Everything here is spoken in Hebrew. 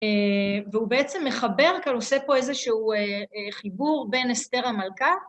והוא בעצם מחבר כאן, עושה פה איזשהו חיבור בין אסתר המלכה.